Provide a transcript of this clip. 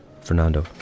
Fernando